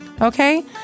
Okay